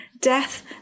Death